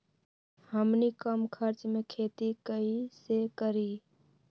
हमनी कम खर्च मे खेती कई से करी?